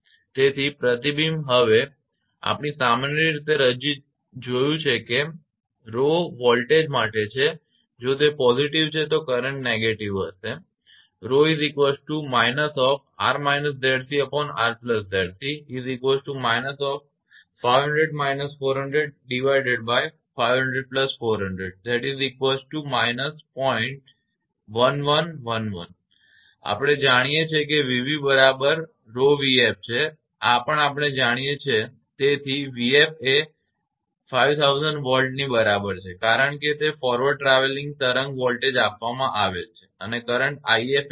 તેથી પ્રતિબિંબ હવે આપણે સામાન્ય રીતે જોયું છે કે જો 𝜌 વોલ્ટેજ માટે છે જો તે positive છે તો તે કરંટ negative હશે તેથી આ થશે આપણે જાણીએ છીએ કે 𝑣𝑏 બરાબર 𝜌𝑣𝑓 છે આ પણ આપણે જાણીએ છીએ તેથી 𝑣𝑓 એ 5000 Volt ની બરાબર છે કારણ કે તે ફોરવર્ડ ટ્રાવેલીંગ તરંગ વોલ્ટેજ આપવામાં આવેલ છે અને કરંટ 𝑖𝑓 એ 12